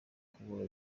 kubura